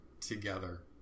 together